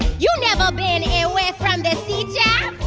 yeah never been away from the sea, child.